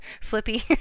flippy